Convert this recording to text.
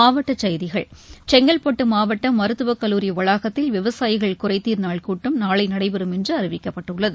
மாவட்டச்செய்திகள் செங்கல்பட்டு மாவட்ட மருத்துவக் கல்லூரி வளாகத்தில் விவசாயிகள் குறைதீர் நாள் கூட்டம் நாளை நடைபெறும் என்று அறிவிக்கப்பட்டுள்ளது